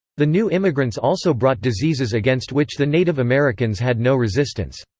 the new immigrants also brought diseases against which the native americans had no resistance.